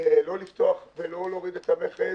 לא לפתוח ולא להוריד את המכס.